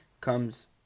comes